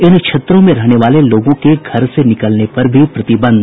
इन क्षेत्रों में रहने वाले लोगों के घर से निकलने पर भी प्रतिबंध